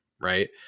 right